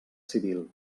civil